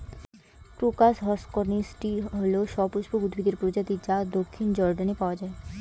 crocus হসকনেইচটি হল সপুষ্পক উদ্ভিদের প্রজাতি যা দক্ষিণ জর্ডানে পাওয়া য়ায়